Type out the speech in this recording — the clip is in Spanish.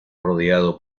rodeado